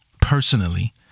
personally